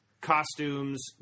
costumes